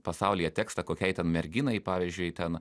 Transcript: pasaulyje tekstą kokiai ten merginai pavyzdžiui ten